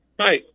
Hi